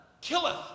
killeth